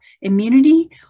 immunity